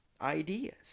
ideas